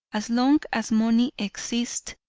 as long as money exists,